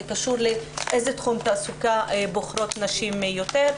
קשור לאיזה תחום תעסוקה בוחרות נשים יותר,